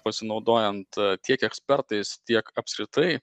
pasinaudojant tiek ekspertais tiek apskritai